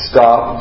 Stop